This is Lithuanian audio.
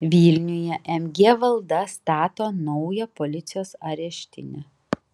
vilniuje mg valda stato naują policijos areštinę